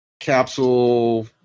Capsule